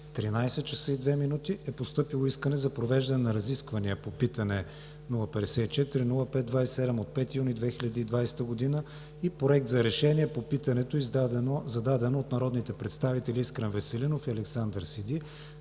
13,02 ч., е постъпило искане за провеждане на разисквания по питане, № 054-05-27, от 5 юни 2020 г. и Проект за решение по питането, зададено от народните представители Искрен Веселинов и Александър Сиди,